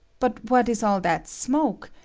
but what is all that smote,